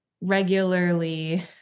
regularly